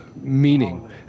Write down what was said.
meaning